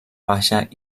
baixa